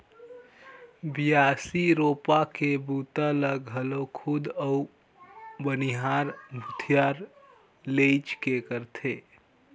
बियासी, रोपा के बूता ल घलो खुद अउ बनिहार भूथिहार लेइज के करथे